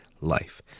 life